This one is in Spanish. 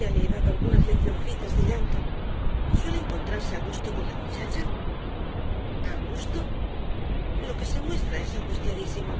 ya le he dado algunas leccioncitas de llanto suele encontrarse a gusto con la muchacha a gusto lo que se muestra es angustiadísimo